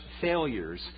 failures